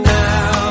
now